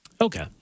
Okay